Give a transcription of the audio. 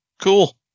Cool